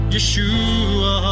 Yeshua